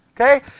Okay